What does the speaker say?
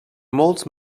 molts